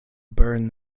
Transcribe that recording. burned